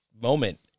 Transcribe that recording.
moment